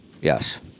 Yes